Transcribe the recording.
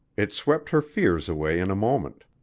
it swept her fears away in a moment.